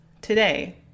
today